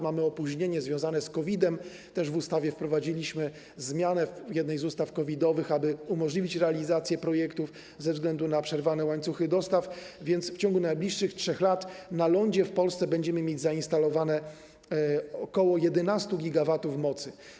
Mamy opóźnienie związane z COVID-em, też wprowadziliśmy zmianę w jednej z ustaw COVID-owych, aby umożliwić realizację projektów ze względu na przerwane łańcuchy dostaw, więc w ciągu najbliższych 3 lat na lądzie w Polsce będziemy mieć zainstalowane ok. 11 GW mocy.